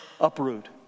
uproot